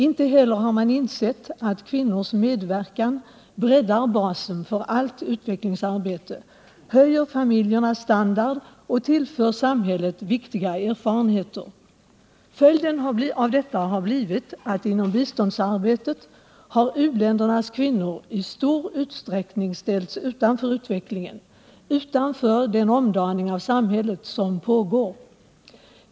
Inte heller har man insett att kvinnors medverkan breddar basen för allt utvecklingsarbete, höjer familjernas standard och tillför samhället viktiga erfarenheter. Följden av detta har inom biståndsarbetet blivit att u-ländernas kvinnor i stor utsträckning har ställts utanför utvecklingen, utanför den omdaning av samhället som pågår.